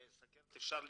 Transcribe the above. סוכרת אפשר למנוע,